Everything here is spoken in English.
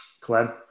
Clem